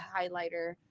highlighter